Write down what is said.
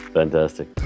fantastic